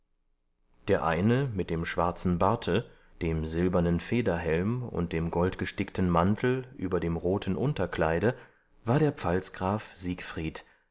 der eine mit dem schwarzen barte dem silbernen federhelm und dem goldgestickten mantel über dem roten unterkleide war der pfalzgraf siegfried